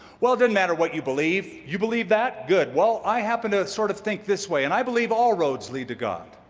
well, it doesn't matter what you believe. you believe that, good. well, i happen to sort of think this way, and i believe all roads lead to god.